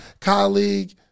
colleague